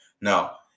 now